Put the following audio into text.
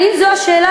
האם זו השאלה